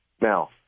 Now